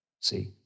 See